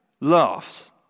laughs